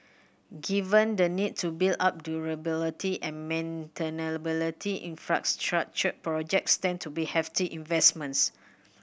given the need to build up durability and maintainability infrastructure projects tend to be hefty investments